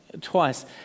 twice